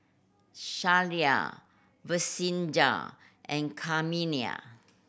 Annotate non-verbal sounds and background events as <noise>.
Shelia Vincenza and <unintelligible>